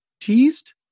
teased